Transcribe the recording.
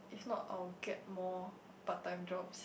if not I will get more part time jobs